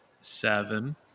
Seven